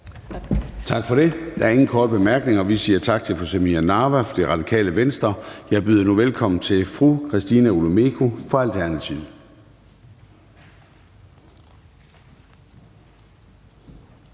Tak for det. Der er korte bemærkninger. Vi siger tak til fru Samira Nawa fra Radikale Venstre. Jeg byder nu velkommen til fru Christina Olumeko fra Alternativet.